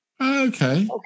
okay